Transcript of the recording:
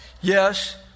yes